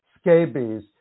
scabies